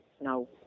No